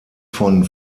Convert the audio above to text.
von